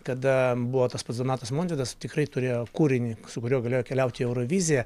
kada buvo tas pats donatas montvydas tikrai turėjo kūrinį su kuriuo galėjo keliaut į euroviziją